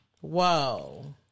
Whoa